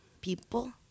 people